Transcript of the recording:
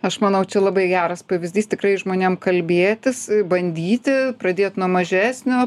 aš manau čia labai geras pavyzdys tikrai žmonėm kalbėtis bandyti pradėt nuo mažesnio